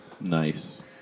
Nice